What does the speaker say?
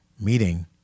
meeting